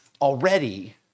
already